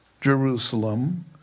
Jerusalem